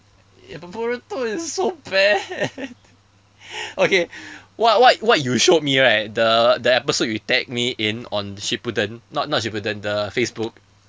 ya but boruto is so bad okay what what what you showed me right the the episode you tagged me in on shippuden not not shippuden the facebook